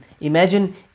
Imagine